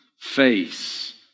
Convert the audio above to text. face